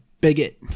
bigot